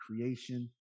creation